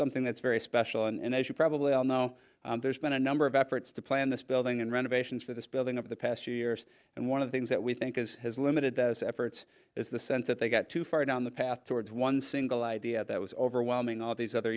something that's very special and as you probably know there's been a number of efforts to plan this building and renovations for this building over the past few years and one of the things that we think is has limited those efforts is the sense that they got too far down the path towards one single idea that was overwhelming all these other